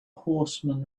horseman